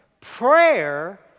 Prayer